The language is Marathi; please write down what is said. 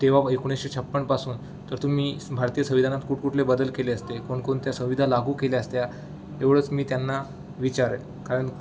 तेंव्हा मग एकोणीसशे छप्पनपासून तर तुम्ही भारतीय संविधानात कुठ कुठले बदल केले असते कोणकोणत्या संविधा लागू केल्या असत्या एवढंच मी त्यांना विचारेन कारण